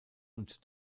und